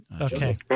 Okay